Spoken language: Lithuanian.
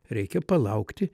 reikia palaukti